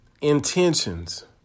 intentions